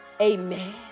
Amen